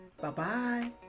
Bye-bye